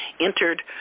entered